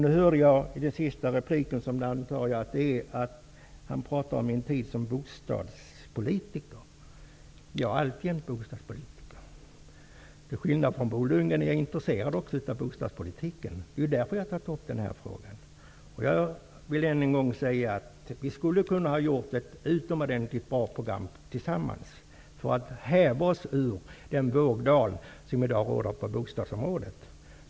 I hans senaste replik talade han om min tid såsom bostadspolitiker. Jag är alltjämt bostadspolitiker. Till skillnad från Bo Lundgren är jag också intresserad av bostadspolitik. Det är därför jag har tagit upp denna fråga. Jag vill än en gång säga att vi kunde ha gjort ett utomordentligt bra program tillsammans för att häva oss ur den vågdal som i dag råder på bostadsområdet.